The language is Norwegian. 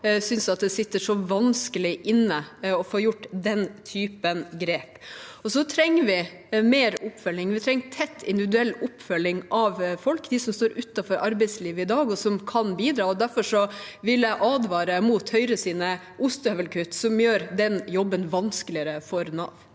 synes at det er så vanskelig å få gjort den typen grep. Så trenger vi mer oppfølging. Vi trenger tett individuell oppfølging av folk som står utenfor arbeidslivet i dag og kan bidra. Derfor vil jeg advare mot Høyres ostehøvelkutt, som gjør den jobben vanskeligere for Nav.